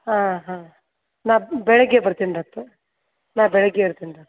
ಹಾಂ ಹಾಂ ನಾ ಬೆಳಗ್ಗೆ ಬರ್ತೀನಿ ಡಾಕ್ಟ್ರೆ ನಾ ಬೆಳಗ್ಗೆ ಬರ್ತೀನಿ ಡಾಕ್ಟ್ರೆ